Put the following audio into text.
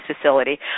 facility